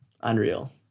Unreal